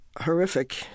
horrific